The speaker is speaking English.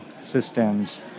systems